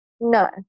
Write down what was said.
No